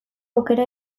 aukera